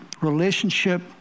relationship